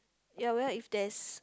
ya well if there's